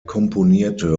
komponierte